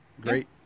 great